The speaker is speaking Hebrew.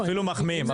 אפילו מחמיאים.